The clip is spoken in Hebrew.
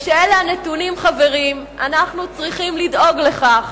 חברים, כשאלה הנתונים, אנחנו צריכים לדאוג לכך